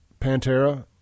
Pantera